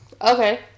Okay